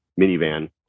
minivan